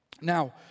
Now